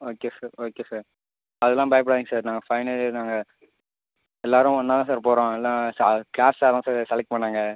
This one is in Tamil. ஓகே சார் ஓகே சார் அதெல்லாம் பயப்படாதீங்க சார் நாங்கள் ஃபைனல் இயர் நாங்கள் எல்லாரும் ஒன்னாகதான் சார் போகறோம் எல்லாம் சார் க்ளாஸ் சார் தான் சார் செலெக்ட் பண்ணாங்க